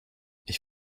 ich